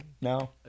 No